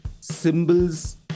symbols